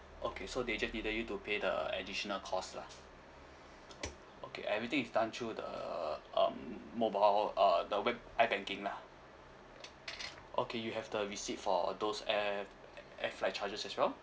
okay so they just needed you to pay the additional cost lah okay everything is done through the um mobile uh the web ibanking lah okay you have the receipt for uh those air air flight charges as well